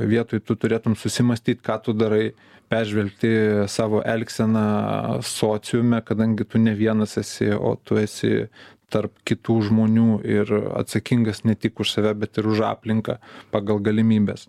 vietoj tu turėtum susimąstyt ką tu darai peržvelgti savo elgseną sociume kadangi tu ne vienas esi o tu esi tarp kitų žmonių ir atsakingas ne tik už save bet ir už aplinką pagal galimybes